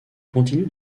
continue